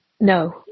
no